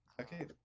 Okay